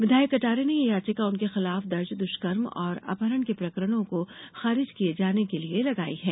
विधायक कटारे ने यह याचिका उनके खिलाफ दर्ज दुष्कर्म और अपहरण के प्रकरणों को खारिज किए जाने के लिए लगाई है